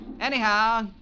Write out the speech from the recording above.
Anyhow